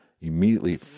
immediately